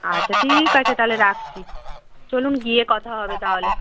আচ্ছা ঠিক আছে তাহলে রাখছি চলুন গিয়ে কথা হবে তাহলে